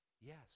yes